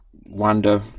wonder